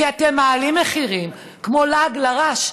כי אתם מעלים מחירים כמו לעג לרש.